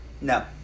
no